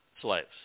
slaves